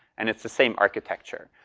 and it's the same architecture.